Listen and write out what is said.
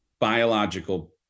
biological